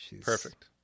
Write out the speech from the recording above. Perfect